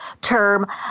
term